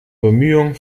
bemühungen